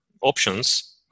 options